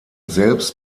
selbst